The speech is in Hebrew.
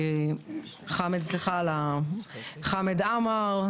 חמד עמאר,